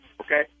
Okay